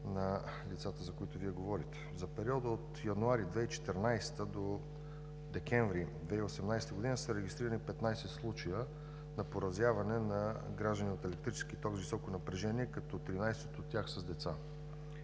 на лицата, за които говорите. За периода от месец януари 2014 г. до месец декември 2018 г. са регистрирани 15 случая на поразяване на граждани от електрически ток с високо напрежение, като 13 от тях са с деца.